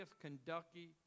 Kentucky